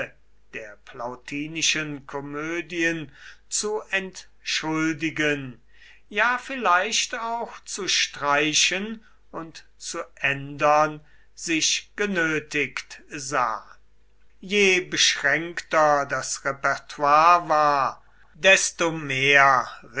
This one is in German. der plautinischen komödien zu entschuldigen ja vielleicht auch zu streichen und zu ändern sich genötigt sah je beschränkter das repertoire war desto mehr